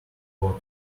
water